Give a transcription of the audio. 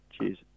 Cheers